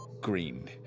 green